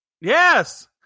yes